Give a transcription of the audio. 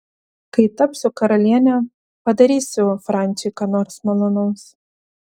kai tapsiu karaliene padarysiu franciui ką nors malonaus